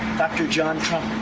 dr. john trump.